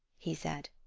he said.